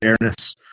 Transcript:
fairness